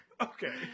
Okay